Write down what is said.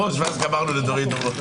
נמנעים.